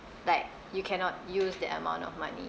like you cannot use that amount of money